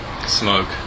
Smoke